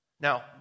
Now